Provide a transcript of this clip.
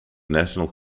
national